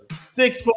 Six